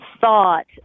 thought